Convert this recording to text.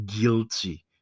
guilty